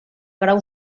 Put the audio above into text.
grau